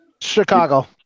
Chicago